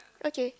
okay